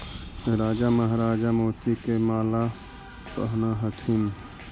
राजा महाराजा मोती के माला पहनऽ ह्ल्थिन